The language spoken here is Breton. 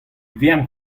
vern